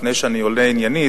לפני שאני עונה עניינית,